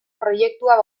proiektua